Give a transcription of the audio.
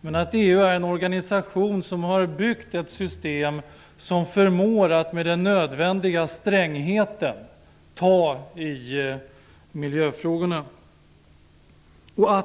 Men EU är en organisation som har byggt ett system som förmår att ta tag i miljöfrågorna med den nödvändiga strängheten.